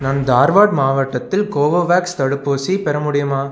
நான் தார்வாட் மாவட்டத்தில் கோவோவேக்ஸ் தடுப்பூசி பெற முடியுமா